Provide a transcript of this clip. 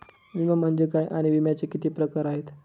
विमा म्हणजे काय आणि विम्याचे किती प्रकार आहेत?